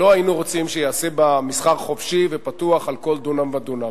לא היינו רוצים שייעשה בה מסחר חופשי ופתוח על כל דונם ודונם.